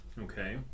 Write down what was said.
Okay